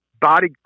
body